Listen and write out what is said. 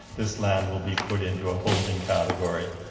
this land will be put into a holding category.